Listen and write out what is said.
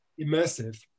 immersive